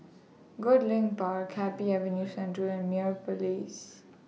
Goodlink Park Happy Avenue Central and Meyer Place